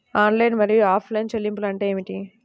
Online మరియు offline చెల్లింపులు అంటే ఏమిటి?